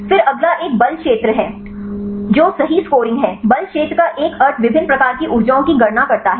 फिर अगला एक बल क्षेत्र है जो सही स्कोरिंग है बल क्षेत्र का एक अर्थ विभिन्न प्रकार की ऊर्जाओं की गणना करता है